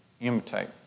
imitate